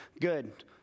Good